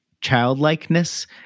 childlikeness